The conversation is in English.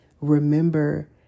remember